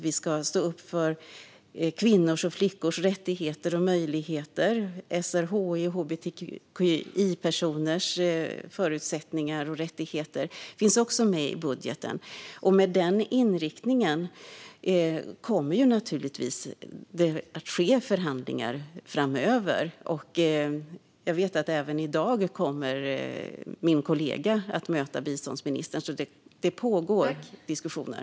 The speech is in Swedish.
Vi ska stå upp för kvinnors och flickors rättigheter och möjligheter, SRHI och hbtqi-personers förutsättningar och rättigheter. Allt detta finns med i budgeten, och med denna inriktning kommer det givetvis att ske förhandlingar framöver. Till exempel ska min kollega möta biståndsministern i dag, så det pågår diskussioner.